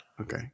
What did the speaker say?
Okay